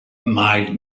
mild